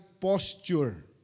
posture